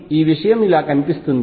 కాబట్టి ఈ విషయం ఇలా కనిపిస్తుంది